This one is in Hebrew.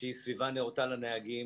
שהיא סביבה נאותה לנהגים.